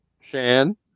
Shan